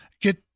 get